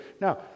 Now